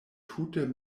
tute